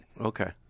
Okay